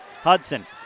Hudson